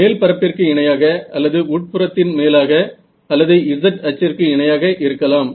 மேல் பரப்பிற்கு இணையாக அல்லது உட்புறத்தின் மேலாக அல்லது z அச்சிற்கு இணையாக இருக்கலாம்